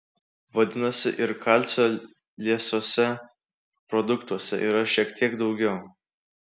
vadinasi ir kalcio liesuose produktuose yra šiek tiek daugiau